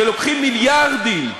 שלוקחים עכשיו מיליארדים,